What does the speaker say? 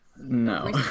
No